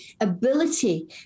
ability